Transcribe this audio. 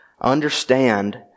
understand